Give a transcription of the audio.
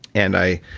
and i